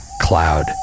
cloud